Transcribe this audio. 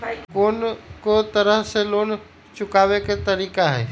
कोन को तरह से लोन चुकावे के तरीका हई?